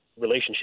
relationship